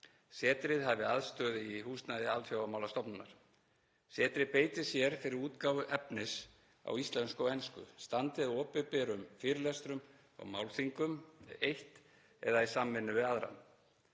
Setrið hafi aðstöðu í húsnæði Alþjóðamálastofnunar. Setrið beiti sér fyrir útgáfu efnis á íslensku og ensku, standi að opinberum fyrirlestrum og málþingum, eitt eða í samvinnu við aðra.